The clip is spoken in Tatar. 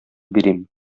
бирим